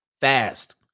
Fast